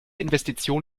investition